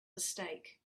mistake